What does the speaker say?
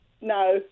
No